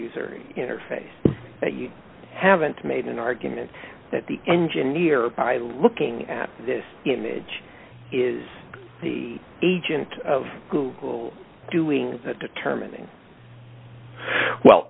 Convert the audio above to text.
user interface that you haven't made an argument that the engineer by looking at this image is the agent of doing the determining well